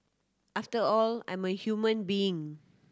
after all I'm a human being